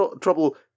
trouble